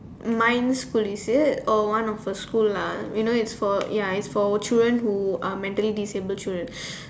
minds school is it or one of the school lah we know it's for ya it's for children who are mentally disabled children